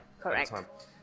correct